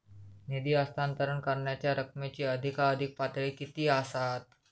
निधी हस्तांतरण करण्यांच्या रकमेची अधिकाधिक पातळी किती असात?